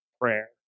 prayer